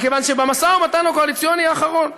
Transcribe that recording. מכיוון שבמשא-ומתן הקואליציוני האחרון,